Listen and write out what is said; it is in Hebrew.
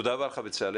תודה רבה לך בצלאל.